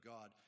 God